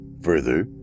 Further